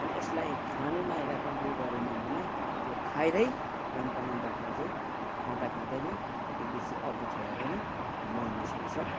अनि यसलाई खानुमा यसलाई कन्ट्रोल गरेन भने त्यो खाएरै लाम्काने बाख्रा चाहिँ खाँदा खाँदा नै त्यो बेसी अपच भएर नै मर्नसक्छ